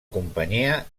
companyia